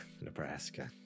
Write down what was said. Nebraska